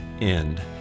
end